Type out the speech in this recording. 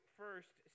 first